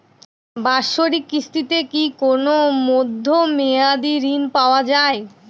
বাৎসরিক কিস্তিতে কি কোন মধ্যমেয়াদি ঋণ পাওয়া যায়?